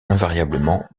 invariablement